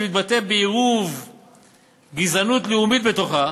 שמתבטא בעירוב גזענות לאומית בתוכה,